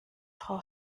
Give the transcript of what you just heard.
frau